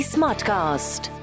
Smartcast